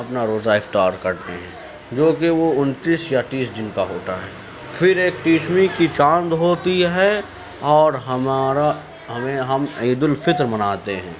اپنا روزہ افطار کرتے ہیں جو کہ وہ اُنتیس یا تیس دِن کا ہوتا ہے پھر ایک تیسویں کی چاند ہوتی ہے اور ہمارا ہمیں ہم عید الفطر مناتے ہیں